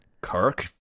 Kirk